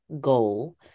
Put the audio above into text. goal